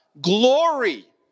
Glory